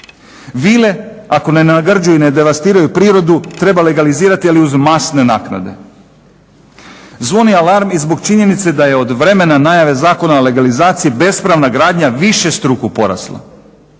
Vile ako ne nagrđuju, ne devastiraju prirodu treba legalizirati ali uz masne naknade. Zvoni alarm i zbog činjenice da je od vremena najave zakona o legalizaciji bespravna gradnja višestruko porasla.